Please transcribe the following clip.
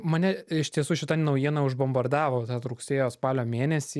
mane iš tiesų šita naujiena užbombardavo tą t rugsėjo spalio mėnesį